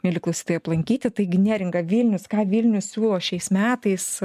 mieli klausytojai aplankyti taigi neringa vilnius ką vilnius siūlo šiais metais